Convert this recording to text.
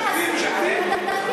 יש לך אותו הדיסק כל הזמן?